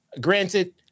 Granted